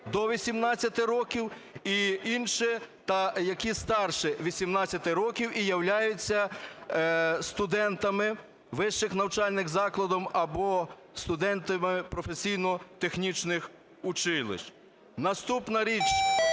до 18 років і інше, та які старші 18 років і являються студентами вищих навчальних закладів або студентами професійно-технічних училищ. Наступна річ.